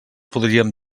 podríem